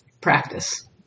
practice